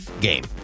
game